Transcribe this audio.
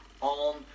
on